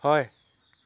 হয়